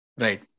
Right